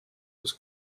was